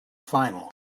final